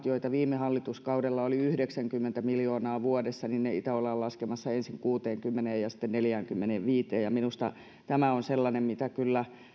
joita viime hallituskaudella oli yhdeksänkymmentä miljoonaa vuodessa ollaan laskemassa ensin kuuteenkymmeneen ja sitten neljäänkymmeneenviiteen minusta tämä on sellainen mitä kyllä